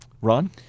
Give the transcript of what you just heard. Ron